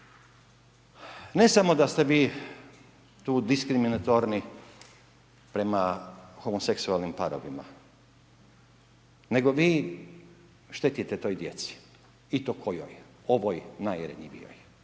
Ne samo da ste vi tu diskriminatorni prema homoseksualnim parovima, nego vi štetite toj djeci i to kojoj, ovoj najranjivijoj